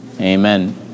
Amen